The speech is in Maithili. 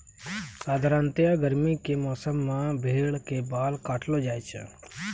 सामान्यतया गर्मी के मौसम मॅ भेड़ के बाल काटलो जाय छै